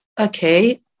Okay